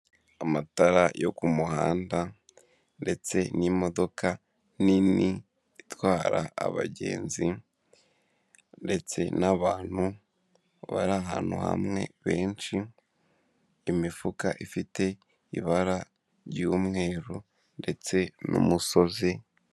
Amatara yo ku muhanda ndetse n'imodoka nini itwara abagenzi ndetse n'abantu bari ahantu hamwe benshi, imifuka ifite ibara ry'umweru ndetse n'umusozi.